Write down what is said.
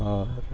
اور